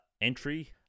entry